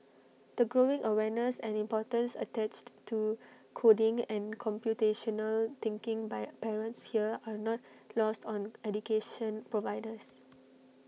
the growing awareness and importance attached to coding and computational thinking by parents here are not lost on education providers